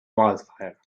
wildfire